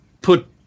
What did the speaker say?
put